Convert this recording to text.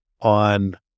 on